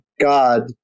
God